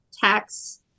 tax